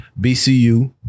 BCU